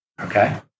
Okay